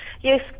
Yes